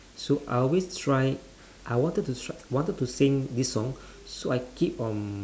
so I always tried I wanted to tr~ wanted to sing this song so I keep on